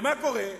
ומה קורה?